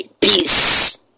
Peace